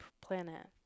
planet